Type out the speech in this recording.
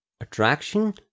attraction